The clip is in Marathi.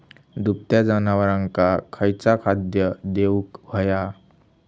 दुभत्या जनावरांका खयचा खाद्य देऊक व्हया?